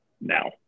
Now